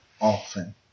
often